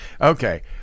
Okay